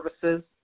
services